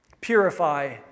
Purify